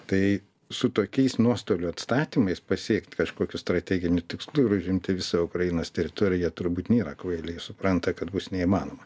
tai su tokiais nuostolių atstatymais pasiekt kažkokių strateginių tikslų ir užimti visą ukrainos teritoriją turbūt nėra kvailiai supranta kad bus neįmanoma